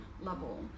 level